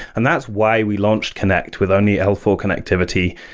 and that's why we launched connect with only l four connectivity.